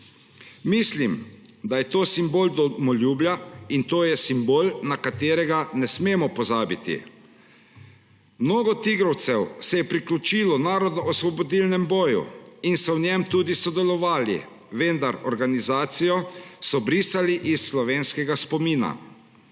Mislim, da je to simbol domoljubja, in to je simbol, na katerega ne smemo pozabiti. Mnogo tigrovcev se je priključilo narodnoosvobodilnemu boju in so v njem tudi sodelovali, vendar organizacijo so brisali iz slovenskega spomina.